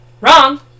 Wrong